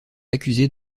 accusée